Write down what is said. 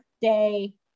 Day